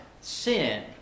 sin